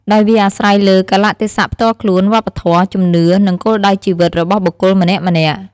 ដោយវាអាស្រ័យលើ កាលៈទេសៈផ្ទាល់ខ្លួន វប្បធម៌ ជំនឿ និង គោលដៅជីវិត របស់បុគ្គលម្នាក់ៗ។